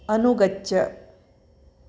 अनुगच्छ